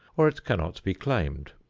or it cannot be claimed.